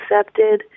accepted